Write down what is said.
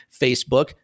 Facebook